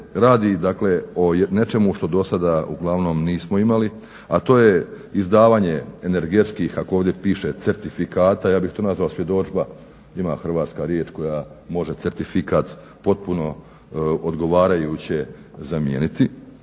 radi o nečemu što do sada uglavnom nismo imali, a to je izdavanje energetskih kako ovdje piše certifikata, ja bih to nazvao svjedodžba. Ima hrvatska riječ koja može certifikat potpuno odgovarajuće zamijeniti.